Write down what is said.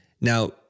Now